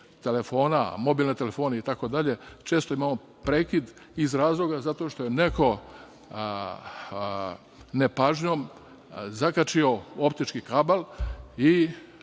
telefona, mobilne telefonije itd, često imamo prekid iz razloga što je neko nepažnjom zakačio optički kabl i